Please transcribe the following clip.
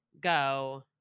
go